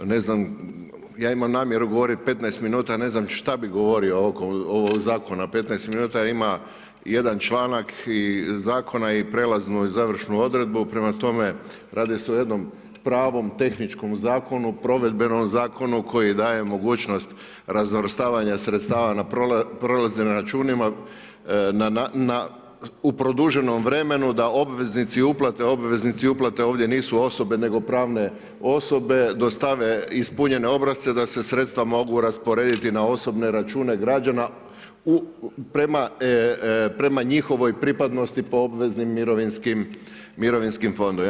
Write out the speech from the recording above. Ne znam, ja imam namjeru govoriti 15 minuta, ne znam šta bi govorio oko ovog zakona 15 minuta, jer ima jedan članak i zakona i prelaznu i završnu odredbu, prema tome, radi se o jednom pravom tehničkom zakonu, provedbenom zakonu, koji daje mogućnost razvrstavanja sredstava na prolaznim računima, u produženom vremenu, da obveznici uplate obvezni uplate ovdje nisu osobe nego pravne osobe, dostave ispunjene obrasce, da se sredstva mogu rasporediti na osobne račune građana prema njihovoj pripadnosti po obveznim mirovinskim fondovima.